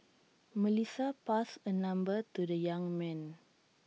Melissa passed her number to the young man